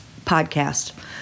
podcast